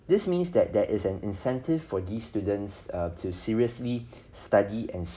this means that there is an incentive for these students uh to seriously study and